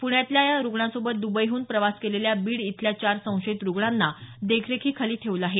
पुण्यातल्या या रुग्णांसोबत दुबईहून प्रवास केलेल्या बीड इथल्या चार संशयित रुग्णांना देखरेखीखाली ठेवलं आहे